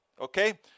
Okay